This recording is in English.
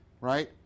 right